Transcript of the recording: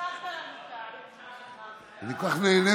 ושילוב אנשים עם אוטיזם בקהילה,